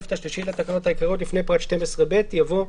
התוספת השלישית לתקנות העיקריות - לפני פרק 12ב יבוא: